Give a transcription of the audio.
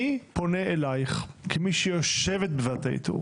אני פונה אלייך כמי שיושבת בוועדת האיתור